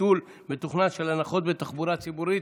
ביטול מתוכנן של הנחות בתחבורה ציבורית,